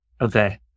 Okay